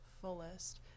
fullest